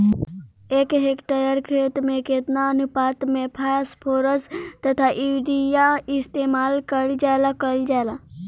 एक हेक्टयर खेत में केतना अनुपात में फासफोरस तथा यूरीया इस्तेमाल कईल जाला कईल जाला?